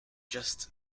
just